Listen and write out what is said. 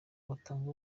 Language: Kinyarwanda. batanga